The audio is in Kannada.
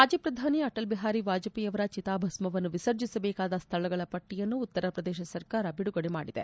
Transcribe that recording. ಮಾಜಿ ಪ್ರಧಾನಿ ಅಟಲ್ ಬಿಹಾರಿ ವಾಜಪೇಯಿ ಅವರ ಚಿತಾಭಸ್ವವನ್ನು ವಿಸರ್ಜಿಸಬೇಕಾದ ಸ್ವಳಗಳ ಪಟ್ಸಿಯನ್ನು ಉತ್ತರಪ್ರದೇಶ ಸರ್ಕಾರ ಬಿಡುಗಡೆ ಮಾಡಿದೆ